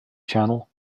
channel